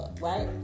right